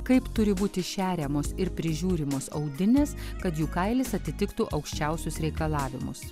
kaip turi būti šeriamos ir prižiūrimos audinės kad jų kailis atitiktų aukščiausius reikalavimus